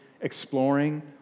exploring